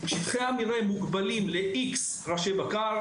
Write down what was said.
שטחי המרעה מוגבלים ל-X ראשי בקר,